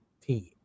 team